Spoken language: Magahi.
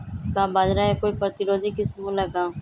का बाजरा के कोई प्रतिरोधी किस्म हो ला का?